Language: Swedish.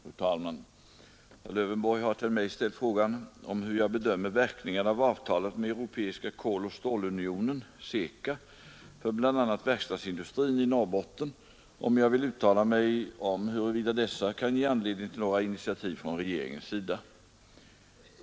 Fru talman! Herr Lövenborg har till mig ställt frågan om hur jag bedömer verkningarna av avtalet med Europeiska koloch stålunionen för bl.a. verkstadsindustrin i Norrbotten och om jag vill uttala mig om huruvida dessa kan ge anledning till några initiativ från regeringens sida.